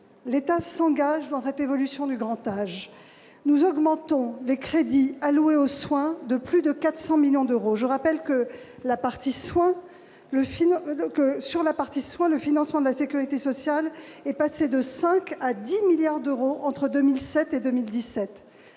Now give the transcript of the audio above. L'État s'engage dans cette évolution du grand âge. Nous augmentons les crédits alloués aux soins de plus de 400 millions d'euros. Je rappelle que, sur la partie « soins », le financement de la sécurité sociale est passé de 5 à 10 milliards d'euros entre 2007 et 2017.